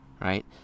right